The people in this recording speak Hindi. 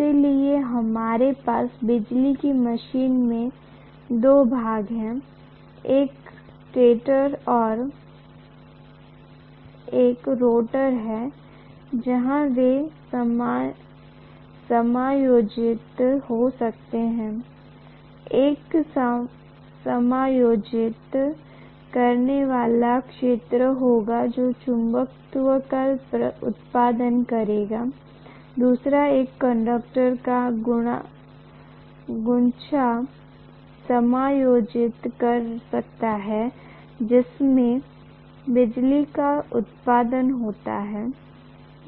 इसलिए हमारे पास बिजली की मशीन में 2 भाग हैं एक स्टेटर और एक रोटर हैं जहां वे समायोजित हो सकते हैं एक समायोजित करने वाला क्षेत्र होगा जो चुंबकत्व का उत्पादन करेगा दूसरा एक कंडक्टर का गुच्छा समायोजित कर सकता है जिसमें बिजली का उत्पादन होता है